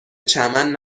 چمن